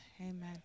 Amen